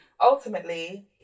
ultimately